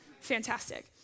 Fantastic